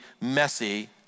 messy